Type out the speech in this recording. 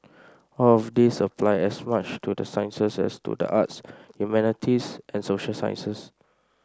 all of these apply as much to the sciences as to the arts humanities and social sciences